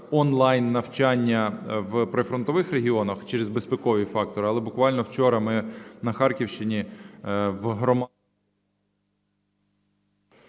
онлайн-навчання в прифронтових регіонах через безпекові фактори, але буквально вчора ми на Харківщині в...